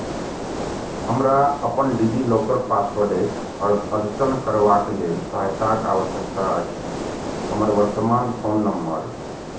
हमरा अपन DigiLocker पासवर्डक अ अद्यतन करबाक लेल सहायताक आवश्यकता अछि हमर वर्तमान फोन नंबर